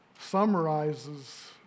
summarizes